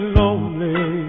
lonely